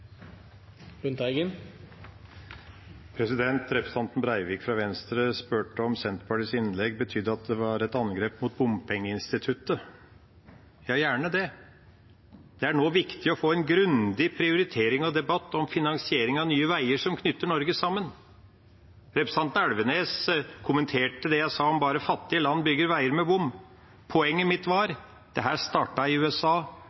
Lundteigen har hatt ordet to ganger tidligere og får ordet til en kort merknad, begrenset til 1 minutt. Representanten Breivik fra Venstre spurte om Senterpartiets innlegg betydde at det var et angrep mot bompengeinstituttet. Ja, gjerne det. Det er viktig å få en grundig prioritering og debatt om finansiering av nye veier som knytter Norge sammen. Representanten Elvenes kommenterte det jeg sa om at bare fattige land bygger veier med